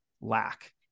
lack